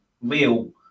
real